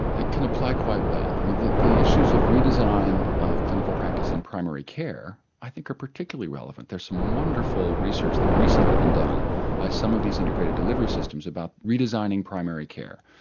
it can apply quite well. the the issues of redesign of clinical practice in primary care i think are particularly relevant. there's some wonderful research that has recently been done by some of these integrated delivery systems about redesigning primary care.